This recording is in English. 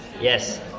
Yes